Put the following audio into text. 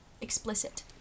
Explicit